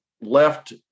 left